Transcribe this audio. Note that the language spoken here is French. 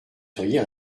seriez